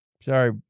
sorry